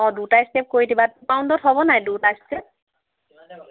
অঁ দুটা ষ্টেপ কৰি দিবা পাউণ্ডত হ'ব নাই দুটা ষ্টেপ